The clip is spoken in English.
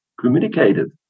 communicated